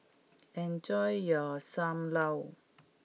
enjoy your Sam Lau